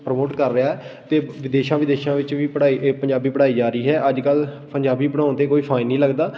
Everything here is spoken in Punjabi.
ਪ੍ਰਮੋਟ ਕਰ ਰਿਹਾ ਅਤੇ ਵਿਦੇਸ਼ਾਂ ਵਿਦੇਸ਼ਾਂ ਵਿੱਚ ਵੀ ਪੜ੍ਹਾਈ ਇਹ ਪੰਜਾਬੀ ਪੜ੍ਹਾਈ ਜਾ ਰਹੀ ਹੈ ਅੱਜ ਕੱਲ੍ਹ ਪੰਜਾਬੀ ਪੜ੍ਹਾਉਣ 'ਤੇ ਕੋਈ ਫਾਈਨ ਨਹੀਂ ਲੱਗਦਾ